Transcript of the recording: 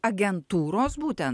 agentūros būtent